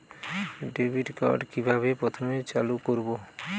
Debit card কিভাবে প্রথমে চালু করব?